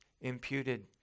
imputed